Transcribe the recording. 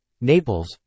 Naples